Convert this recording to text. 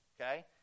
okay